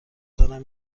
دارم